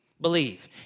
believe